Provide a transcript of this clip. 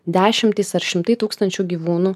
dešimtys ar šimtai tūkstančių gyvūnų